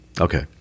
Okay